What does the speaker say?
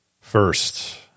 First